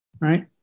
right